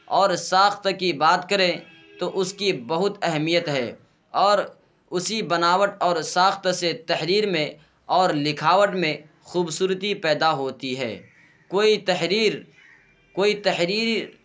اور ساخت کی بات کریں تو اس کی بہت اہمیت ہے اور اسی بناوٹ اور ساخت سے تحریر میں اور لکھاوٹ میں خوبصورتی پیدا ہوتی ہے کوئی تحریر کوئی تحریر